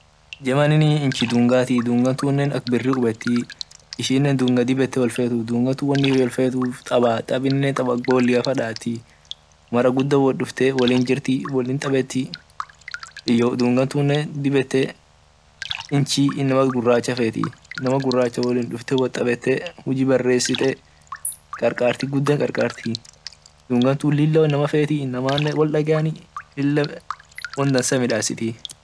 Germany inchi dungati dungatune akbiri kubeti ishine dunga dib ete wolfetu won ishin wolfetu tabum tabine tab ak boliafaa mara guda wot dufte wolinjirti wolintabeti iyo dungatunne dib et inchi inama guracha feti inama guracha wotdufte wolintabete hujibaresite karkati guda karkati dungatun lila inama feti afanne wol dagani lila wondasa midasit.